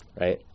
right